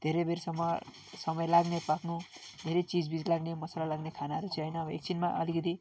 धेरै बेरसम्म समय लाग्ने पाक्नु धेरै चिजबिज लाग्ने मसाला लाग्ने खानाहरू चाहिँ होइन अब एकछिनमा अलिकति